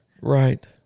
Right